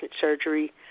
surgery